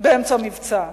באמצע מבצע.